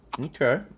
Okay